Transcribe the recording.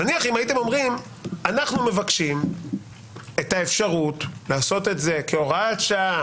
נניח והייתם אומרים: אנחנו מבקשים אפשרות לעשות את זה כהוראת שעה